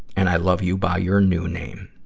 and i love you by your new name.